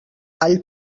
all